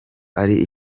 ari